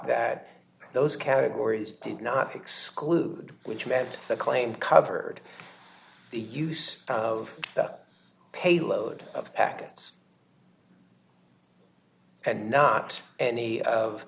that those categories did not exclude which meant the claim covered the use of that payload of packets and not any of